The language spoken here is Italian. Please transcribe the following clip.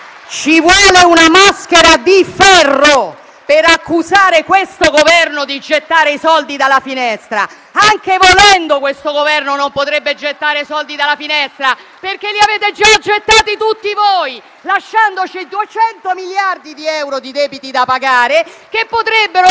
ci vuole una maschera di ferro per accusare questo Governo di gettare i soldi dalla finestra; anche volendo, questo Governo non potrebbe farlo, perché li avete già gettati tutti voi, lasciandoci 200 miliardi di euro di debiti da pagare, che potrebbero essere